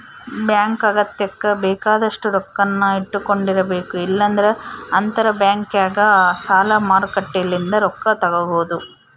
bank ಅಗತ್ಯಕ್ಕ ಬೇಕಾದಷ್ಟು ರೊಕ್ಕನ್ನ ಇಟ್ಟಕೊಂಡಿರಬೇಕು, ಇಲ್ಲಂದ್ರ ಅಂತರಬ್ಯಾಂಕ್ನಗ ಸಾಲ ಮಾರುಕಟ್ಟೆಲಿಂದ ರೊಕ್ಕ ತಗಬೊದು